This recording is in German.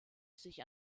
sich